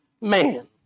man